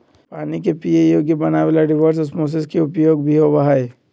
पानी के पीये योग्य बनावे ला रिवर्स ओस्मोसिस के उपयोग भी होबा हई